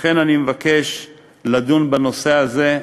לכן אני מבקש לדון בנושא הזה,